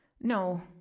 no